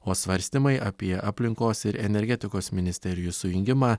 o svarstymai apie aplinkos ir energetikos ministerijų sujungimą